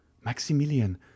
Maximilian